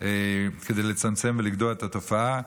כדי לצמצם ולגדוע את התופעה,